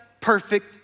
perfect